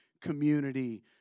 community